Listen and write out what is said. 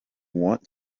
want